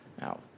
Now